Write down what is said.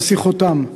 יוסי חותם,